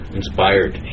inspired